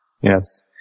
Yes